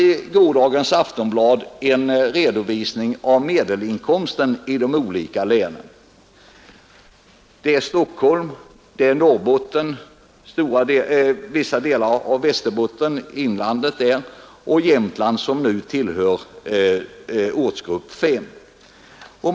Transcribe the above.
I gårdagens Aftonblad fanns en redovisning av medelinkomsten i de olika länen, Stockholm, Norrbotten, vissa delar av Västerbotten — inlandet — och Jämtland tillhör nu ortsgrupp 5.